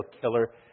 killer